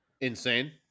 insane